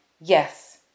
yes